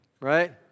Right